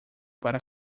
para